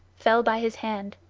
fell by his hand,